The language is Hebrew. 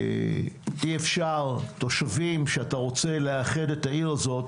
אי אפשר תושבים שאתה רוצה לאחד את העיר הזאת,